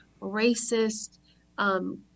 racist